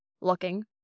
looking